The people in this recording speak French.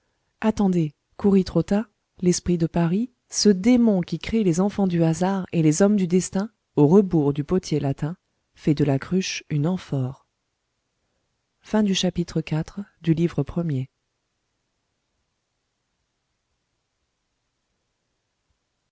attendez currit rota l'esprit de paris ce démon qui crée les enfants du hasard et les hommes du destin au rebours du potier latin fait de la cruche une amphore chapitre